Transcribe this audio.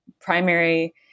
primary